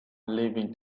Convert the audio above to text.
leaving